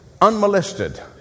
unmolested